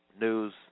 News